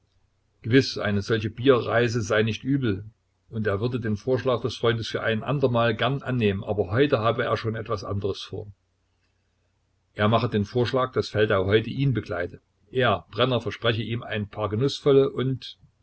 gewiß eine solche bierreise sei nicht übel und er würde den vorschlag des freundes für ein andermal gern annehmen aber heute habe er schon etwas anderes vor er mache den vorschlag daß feldau heute ihn begleite er brenner verspreche ihm ein paar genußvolle und